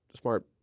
smart